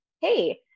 Hey